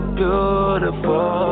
beautiful